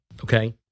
Okay